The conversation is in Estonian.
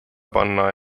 panna